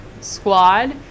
squad